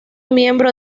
miembro